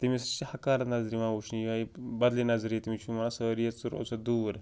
تٔمِس چھِ حَقارت نظرِ یِوان وُچھنہٕ یِہٲے بَدلہِ نظرِ تٔمِس چھِ وَنان سٲری ہے ژٕ روز سا دوٗر